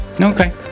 Okay